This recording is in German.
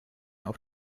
auf